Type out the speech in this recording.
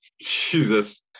Jesus